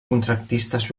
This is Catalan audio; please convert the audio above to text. contractistes